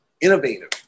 innovative